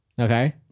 Okay